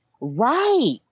right